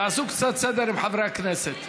תעשו קצת סדר עם חברי הכנסת.